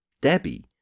Debbie